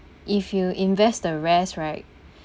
if you invest the rest right